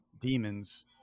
demons